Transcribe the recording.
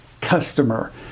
customer